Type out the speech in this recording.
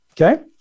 Okay